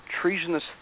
treasonous